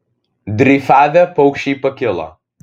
dreifavę paukščiai pakilo